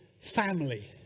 family